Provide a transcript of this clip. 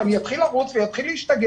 ואני אתחיל לרוץ ולהשתגע.